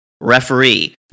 referee